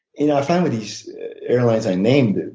you know i find with these airlines i named,